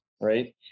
right